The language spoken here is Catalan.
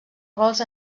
gols